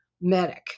medic